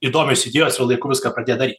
įdomios idėjos ir laiku viską pradėt daryt